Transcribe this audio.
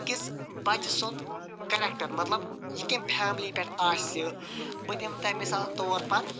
أکِس بَچہِ سُنٛد کیٚریٚکٹَر مَطلَب یہِ کمہ فیملی پیٚٹھ آسہِ بہٕ دمہ تۄہہِ مِثال طور پَر